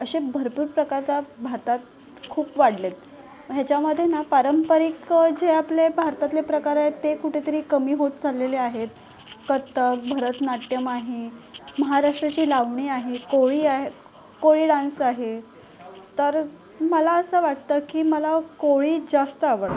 असे भरपूर प्रकारचा भारतात खूप वाढले आहेत मग ह्याच्यामध्ये ना पारंपरिक जे आपले भारतातले प्रकार आहेत ते कुठेतरी कमी होत चाललेले आहेत कथ्थक भरतनाट्यम आहे महाराष्ट्राची लावणी आहे कोळी आहे कोळी डान्स आहे तर मला असं वाटतं की मला कोळी जास्त आवडतात